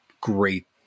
great